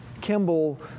Kimball